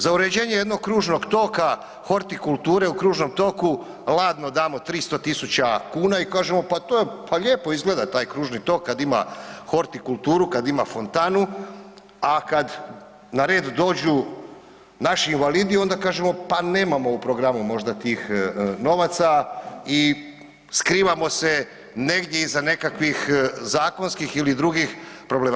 Za uređenje jednog kružnog toka, hortikulture u kružnom toku ladno damo 300.000 kuna i kažemo, pa to je, pa lijepo izgleda taj kružni tok kad ima hortikulturu, kad ima fontanu, a kad na red dođu naši invalidi onda kažemo pa nemamo u programu možda tih novaca i skrivamo se negdje iza nekakvih zakonskih ili drugih problema.